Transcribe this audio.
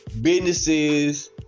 businesses